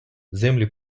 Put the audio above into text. землі